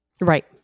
Right